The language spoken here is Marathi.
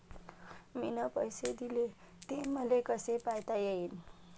मिन पैसे देले, ते मले कसे पायता येईन?